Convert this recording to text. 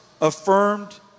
affirmed